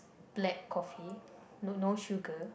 black coffee no sugar